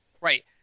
Right